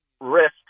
risk